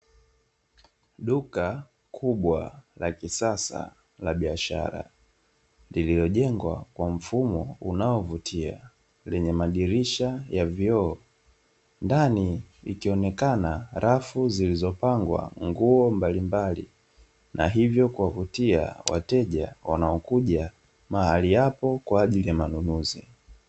Duka kubwa la kisasa la biashara lililojengwa kwa mfumo unaovutia lenye madirisha ya vioo, ndani zikionekana rafu zilizopangwa nguo mbalimbali na hivyo kuwavutia wateja wanaokuja mahali hapo kwa ajili ya manunuzi.